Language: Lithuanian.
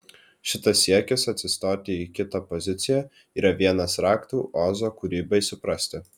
šitas siekis atsistoti į kito poziciją yra vienas raktų ozo kūrybai suprasti